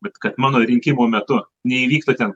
bet kad mano rinkimų metu neįvyktų ten